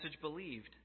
believed